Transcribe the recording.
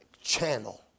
channel